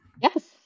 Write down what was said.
Yes